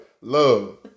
love